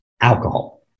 alcohol